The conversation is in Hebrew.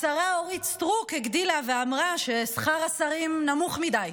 השרה אורית סטרוק הגדילה ואמרה ששכר השרים נמוך מדי,